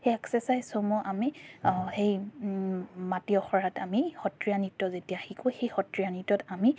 সেই এক্সাৰচাইজসমূহ আমি সেই মাটি অখৰাত আমি সত্ৰীয়া নৃত্য যেতিয়া শিকোঁ সেই সত্ৰীয়া নৃত্যত আমি